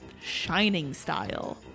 Shining-style